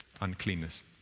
uncleanness